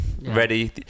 ready